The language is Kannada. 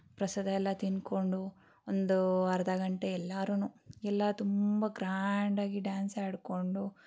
ಪ್ರಸಾದ ಎಲ್ಲ ತಿಂದ್ಕೊಂಡು ಒಂದು ಅರ್ಧ ಗಂಟೆ ಎಲ್ಲಾರು ಎಲ್ಲ ತುಂಬ ಗ್ರ್ಯಾಂಡಾಗಿ ಡ್ಯಾನ್ಸ್ ಆಡಿಕೊಂಡು